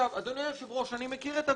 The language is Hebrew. אדוני היושב-ראש, אני מכיר את הוויכוח.